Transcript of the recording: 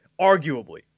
arguably